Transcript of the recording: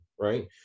right